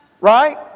Right